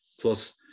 plus